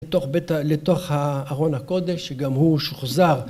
לתוך בית ה-, לתוך ה- ארון הקודש, שגם הוא שוחזר.